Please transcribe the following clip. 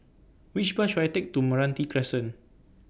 Which Bus should I Take to Meranti Crescent